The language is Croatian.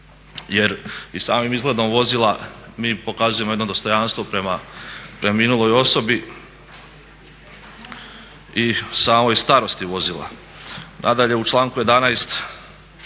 Jer i samim izgledom vozila mi pokazujemo jedno dostojanstvo prema minuloj osobi i samoj starosti vozila. Nadalje u članku 11.